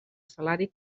salari